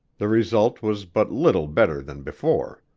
the result was but little better than before.